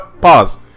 pause